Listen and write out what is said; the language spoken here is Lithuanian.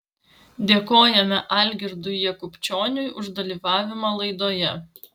dėkojame algirdui jakubčioniui už dalyvavimą laidoje